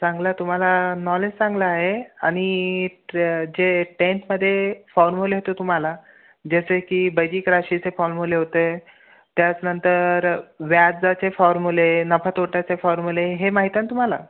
चांगलं तुम्हाला नॉलेज चांगलं आहे आणि ट्र्य जे टेन्थमध्ये फॉर्मुले होते तुम्हाला जसे की बैजिक राशीचे फॉर्मुले होते त्याच्यानंतर व्याजाचे फॉर्मुले नफ्यातोट्याचे फॉर्मुले हे माहीत आहे ना तुम्हाला